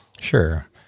Sure